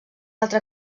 altra